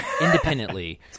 Independently